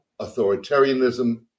Authoritarianism